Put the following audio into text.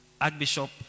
Archbishop